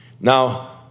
Now